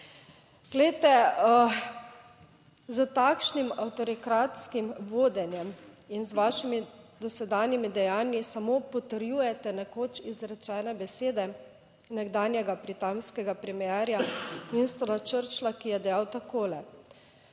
Glejte, s takšnim avtorikratskim vodenjem in z vašimi dosedanjimi dejanji samo potrjujete nekoč izrečene besede nekdanjega britanskega premierja Winstona Churchilla, ki je dejal takole: